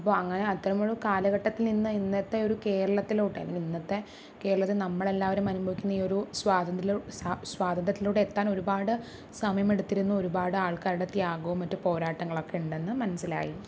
അപ്പോൾ അങ്ങനെ അത്തരമൊരു കാലഘട്ടത്തില് നിന്ന് ഇന്നത്തെ ഒരു കേരളത്തിലോട്ട് അലെങ്കിൽ ഇന്നത്തെ കേരളത്തില് നമ്മളെല്ലാവരും അനുഭവിക്കുന്ന ഈയൊരു സ്വാതന്ത്ര്യലോ സ്വാ സ്വാതന്ത്ര്യത്തിലൂടെ എത്താന് ഒരുപാട് സമയമെടുത്തിരുന്നു ഒരുപാട് ആള്ക്കാരുടെ ത്യാഗവും മറ്റു പോരാട്ടങ്ങളൊക്കെ ഉണ്ടെന്ന് മനസ്സിലായി